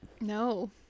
no